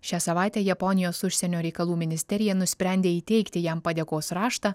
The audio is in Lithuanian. šią savaitę japonijos užsienio reikalų ministerija nusprendė įteikti jam padėkos raštą